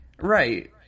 Right